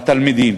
לתלמידים.